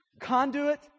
Conduit